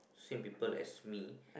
same people as me